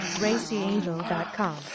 racyangel.com